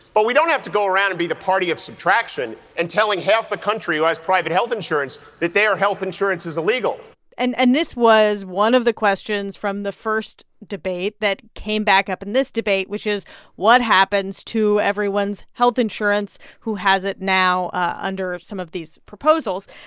but we don't have to go around and be the party of subtraction and telling half the country who has private health insurance that their health insurance is illegal and and this was one of the questions from the first debate that came back up in this debate, which is what happens to everyone's health insurance who has it now ah under some of these proposals?